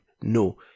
no